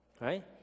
Right